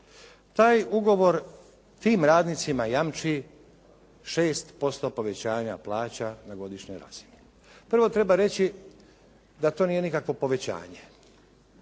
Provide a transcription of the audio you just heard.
Taj ugovor tim radnicima jamči 6% povećanja plaća na godišnjoj razini. Prvo treba reći da to nije nikakvo povećanje.